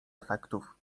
efektów